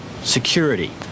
security